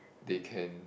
they can